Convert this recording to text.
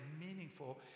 meaningful